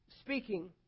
speaking